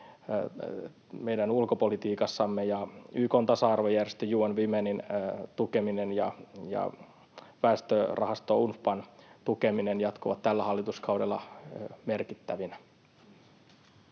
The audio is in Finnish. meidän ulkopolitiikassamme, ja YK:n tasa-arvojärjestö UN Womenin tukeminen ja väestörahasto UNFPAn tukeminen jatkuvat tällä hallituskaudella merkittävinä.